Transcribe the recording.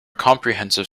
comprehensive